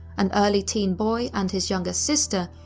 an early teen boy and his younger sister,